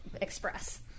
express